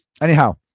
Anyhow